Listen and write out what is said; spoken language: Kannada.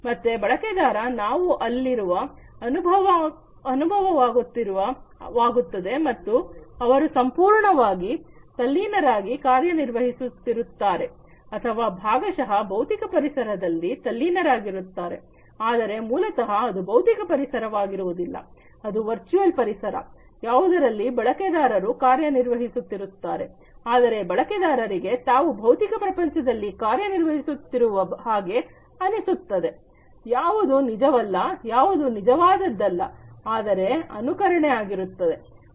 ಮತ್ತೆ ಬಳಕೆದಾರ ನಾವು ಅಲ್ಲಿರುವ ಅನುಭವವಾಗುತ್ತದೆ ಮತ್ತು ಅವರು ಸಂಪೂರ್ಣವಾಗಿ ತಲ್ಲೀನರಾಗಿ ಕಾರ್ಯನಿರ್ವಹಿಸುತ್ತಿರುತ್ತಾರೆ ಅಥವಾ ಭಾಗಶಹ ಭೌತಿಕ ಪರಿಸರದಲ್ಲಿ ತಲ್ಲೀನರಾಗಿರುತ್ತಾರೆ ಆದರೆ ಮೂಲತಹ ಅದು ಭೌತಿಕ ಪರಿಸರ ವಾಗಿರುವುದಿಲ್ಲ ಅದು ವರ್ಚುವಲ್ ಪರಿಸರ ಯಾವುದರಲ್ಲಿ ಬಳಕೆದಾರರು ಕಾರ್ಯನಿರ್ವಹಿಸುತ್ತಿರುತ್ತಾರೆ ಆದರೆ ಬಳಕೆದಾರರಿಗೆ ತಾವು ಭೌತಿಕ ಪ್ರಪಂಚದಲ್ಲಿ ಕಾರ್ಯನಿರ್ವಹಿಸುತ್ತಿರುವ ಹಾಗೆ ಅನಿಸುತ್ತದೆ ಯಾವುದು ನಿಜವಲ್ಲ ಯಾವುದು ನೈಜವಾದ ದಲ್ಲ ಆದರೆ ಅನುಕರಣೆ ಆಗಿರುತ್ತದೆ